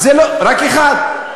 רק אחד.